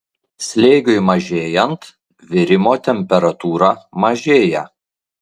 slėgiui mažėjant virimo temperatūra mažėja